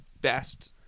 best